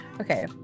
okay